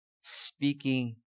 Speaking